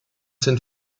sind